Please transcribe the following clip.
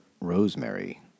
Rosemary